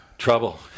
Trouble